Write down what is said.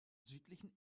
südlichen